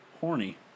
Horny